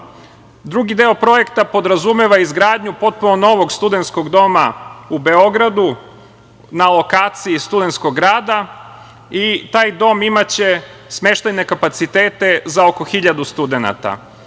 deo projekta podrazumeva izgradnju potpuno novog studentskog doma, u Beogradu, na lokaciji studentskog grada i taj dom imaće smeštajne kapacitete za oko hiljadu